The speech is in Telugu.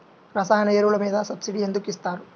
రసాయన ఎరువులు మీద సబ్సిడీ ఎందుకు ఇస్తారు?